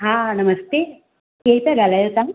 हा हा नमस्ते केरु था ॻाल्हायों तव्हां